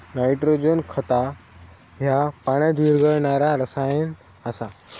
nitrogen खत ह्या पाण्यात विरघळणारा रसायन आसा